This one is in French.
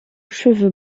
cheveu